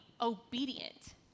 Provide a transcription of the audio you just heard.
obedient